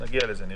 נגיע לזה.